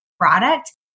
product